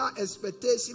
expectation